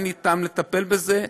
אין לי טעם לטפל בזה,